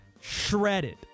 Shredded